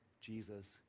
Jesus